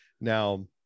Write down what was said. Now